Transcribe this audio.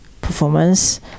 performance